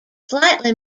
slightly